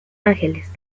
ángeles